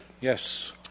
Yes